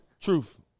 Truth